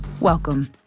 welcome